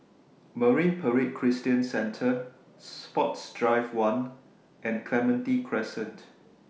Marine Parade Christian Centre Sports Drive one and Clementi Crescent